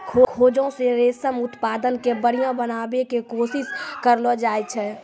खोजो से रेशम उत्पादन के बढ़िया बनाबै के कोशिश करलो जाय छै